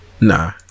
Nah